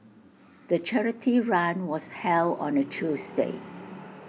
the charity run was held on A Tuesday